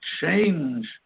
change